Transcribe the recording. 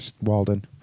Walden